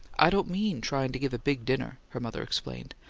i didn't mean trying to give a big dinner, her mother explained.